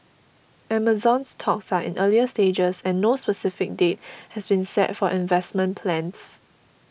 Amazon's talks are in earlier stages and no specific date has been set for investment plans